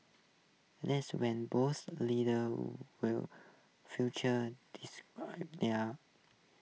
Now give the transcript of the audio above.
these when both leaders will future there are